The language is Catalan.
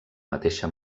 mateixa